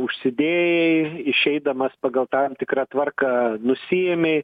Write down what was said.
užsidėjai išeidamas pagal tam tikrą tvarką nusiėmei